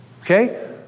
Okay